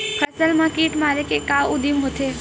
फसल मा कीट मारे के का उदिम होथे?